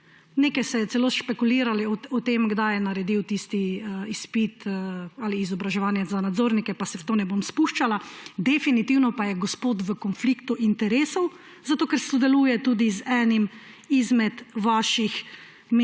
Nekaj se je celo špekuliralo o tem, kdaj je naredil tisti izpit ali izobraževanje za nadzornike, pa se v to ne bom spuščala. Definitvno pa je gospod v konfliktu interesov, ker sodeluje tudi z eno izmed vaših